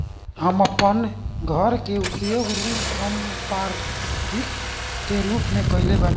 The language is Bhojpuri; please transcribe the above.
हम अपन घर के उपयोग ऋण संपार्श्विक के रूप में कईले बानी